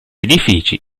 edifici